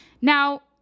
now